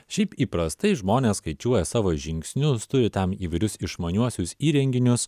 šiaip įprastai žmonės skaičiuoja savo žingsnius turi tam įvairius išmaniuosius įrenginius